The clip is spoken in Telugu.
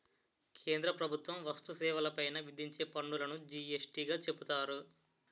కేంద్ర ప్రభుత్వం వస్తు సేవల పైన విధించే పన్నులును జి యస్ టీ గా చెబుతారు